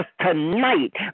tonight